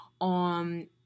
on